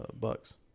Bucks